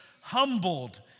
humbled